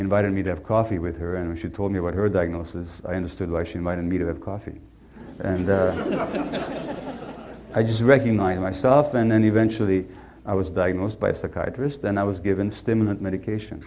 invited me to have coffee with her and she told me about her diagnosis i understood why she invited me to have coffee and i just recognize myself and then eventually i was diagnosed by a psychiatrist then i was given stimulant medication